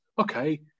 okay